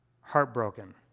heartbroken